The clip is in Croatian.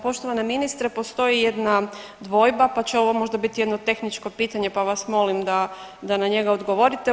Poštovana ministre postoji jedna dvojba pa će ovo možda biti jedno tehničko pitanje pa vas molim da, da na njega odgovorite.